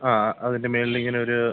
ആ അതിൻ്റെ മുകളിലിങ്ങനൊരു